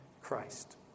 Christ